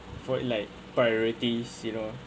for it like priorities you know